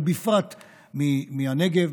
ובפרט מהנגב,